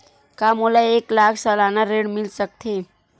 का मोला एक लाख सालाना ऋण मिल सकथे?